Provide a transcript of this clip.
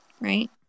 Right